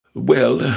well,